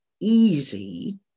easy